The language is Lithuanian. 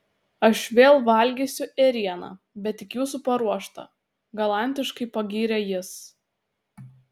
aš vėl valgysiu ėrieną bet tik jūsų paruoštą galantiškai pagyrė jis